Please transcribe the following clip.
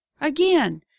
Again